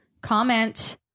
comment